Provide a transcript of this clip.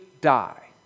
die